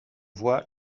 voix